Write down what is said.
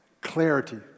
clarity